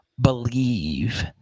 believe